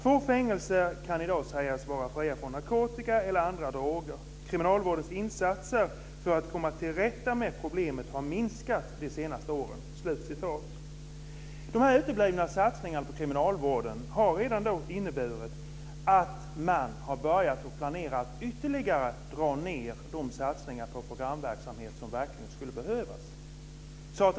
Få fängelser kan i dag sägas vara fria från narkotika eller andra droger. Kriminalvårdens insatser för att komma till rätta med problemet har minskat de senaste åren. De uteblivna satsningarna på kriminalvården har inneburit att man har börjat planera ytterligare neddragningar på satsningarna på programverksamhet som verkligen skulle behövas.